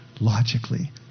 logically